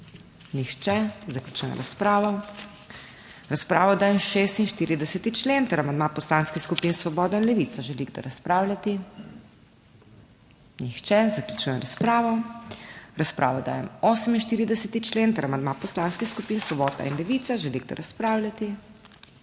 Nihče. Zaključujem razpravo. V razpravo dajem 52. člen ter amandma Poslanskih skupin Svoboda in Levica, želi kdo razpravljati? Nihče. Zaključujem razpravo. V razpravo dajem 53. člen ter amandma Poslanskih skupin Svoboda in Levica, želi kdo razpravljati?